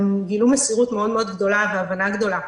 הם גילו מסירות מאוד מאוד גדולה והבנה גדולה.